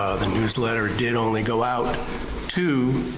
the newsletter did only go out to